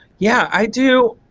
yeah i do